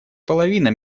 половина